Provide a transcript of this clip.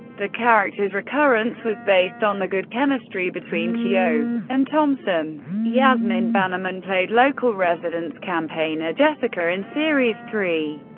the character's recurrence was based on the good chemistry between keogh and thomson. yasmin bannerman played local residents' campaigner jessica in series three.